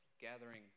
gathering